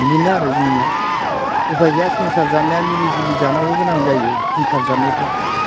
बिदिनो आरो जोंनिया उफाय गैया संसार जानाया मिलि जुलि जानांगौ गोनां जायो संसार जानायफ्रा